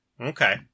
Okay